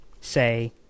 say